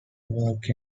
work